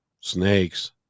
snakes